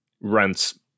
rents